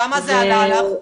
כמה זה עלה לך?